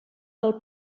del